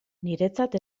niretzat